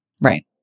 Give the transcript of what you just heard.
right